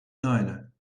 niner